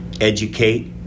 Educate